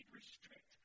restrict